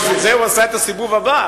בשביל זה הוא עשה את הסיבוב הבא,